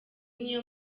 niyo